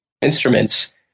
instruments